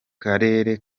karere